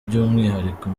by’umwihariko